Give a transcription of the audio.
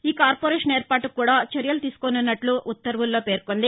ఈ కార్పొరేషన్ ఏర్పాటుకు కూడా చర్యలు తీసుకోనున్నట్లు ఉత్తర్వుల్లో పేర్కొంది